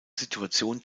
situation